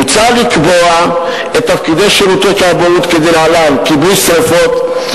מוצע לקבוע את תפקידי שירותי הכבאות כדלהלן: כיבוי שרפות,